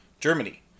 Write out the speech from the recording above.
Germany